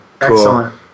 Excellent